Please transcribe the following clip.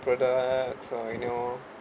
products like you know